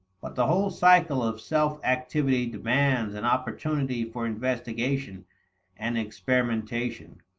but the whole cycle of self-activity demands an opportunity for investigation and experimentation,